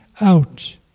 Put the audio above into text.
out